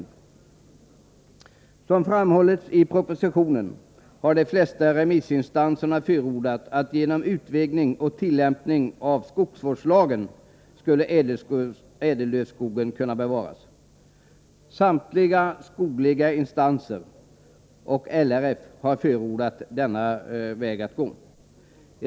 Såsom framhålls i propositionen har de flesta remissinstanser förordat att ädellövskogen skall bevaras genom utvidgning och tillämpning av skogsvårdslagen. Samtliga skogliga instanser och LRF har förordat denna väg.